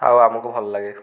ଆଉ ଆମକୁ ଭଲ ଲାଗେ